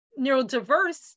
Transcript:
neurodiverse